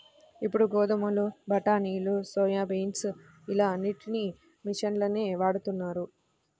ఇప్పుడు గోధుమలు, బఠానీలు, సోయాబీన్స్ ఇలా అన్నిటికీ మిషన్లనే వాడుతున్నారు